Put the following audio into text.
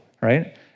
right